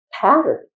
pattern